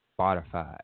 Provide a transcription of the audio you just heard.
Spotify